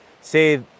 say